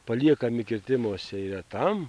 paliekami kirtimuose yra tam